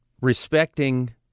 respecting